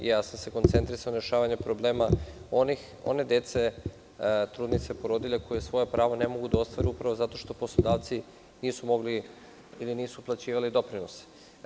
Ja sam se skoncentrisao na rešavanje problema one dece, trudnica i porodilja koja svoja prava ne mogu da ostvare upravo zato što poslodavci nisu mogli ili nisu uplaćivali doprinose.